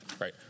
right